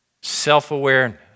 self-awareness